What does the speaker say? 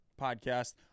podcast